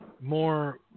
More